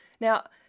Now